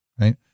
right